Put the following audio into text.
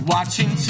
Watching